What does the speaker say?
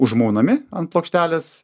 užmaunami ant plokštelės